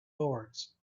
boards